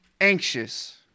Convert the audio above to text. anxious